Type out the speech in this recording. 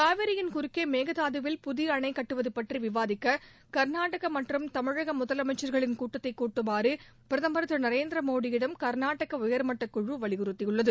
காவிரியின் குறுக்கே மேகதாதுவில் புதிய அணை கட்டுவது பற்றி விவாதிக்க கர்நாடக தமிழக முதலமைச்ச்களின் கூட்டத்தை கூட்டுமாறு பிரதம் திரு நரேந்திர மோடியிடம் கர்நாடக உயர்மட்டக் குழு வலியுறுத்தியுள்ளது